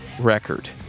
record